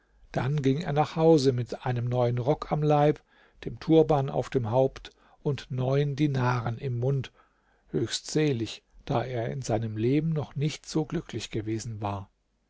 dann ging er nach hause mit einem neuen rock am leib dem turban auf dem haupt und neun dinaren im mund höchst selig da er in seinem leben noch nicht so glücklich gewesen war